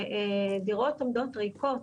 דירות עומדות ריקות,